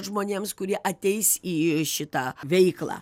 žmonėms kurie ateis į šitą veiklą